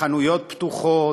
החנויות פתוחות,